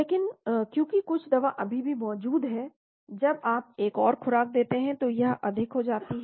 लेकिन क्योंकि कुछ दवा अभी भी मौजूद है जब आप एक और खुराक देते हैं तो यह अधिक हो जाती है